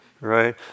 right